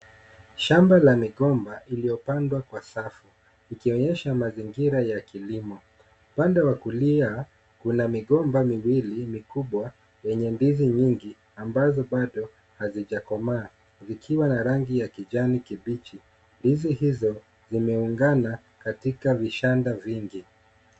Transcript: Shamba la migomba iliyopandwa kwa safu ikionyesha mazingira ya kilimo. Upande wa kulia kuna migomba miwili mikubwa yenye ndizi nyingi ambazo bado hazijakomaa zikiwa na rangi ya kijani kibichi. Ndizi hizo zimeungana katika vishanda vingi.